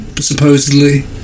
supposedly